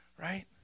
right